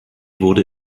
wurde